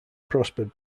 prospered